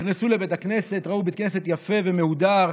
נכנסו לבית הכנסת, ראו בית כנסת יפה ומהודר,